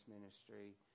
ministry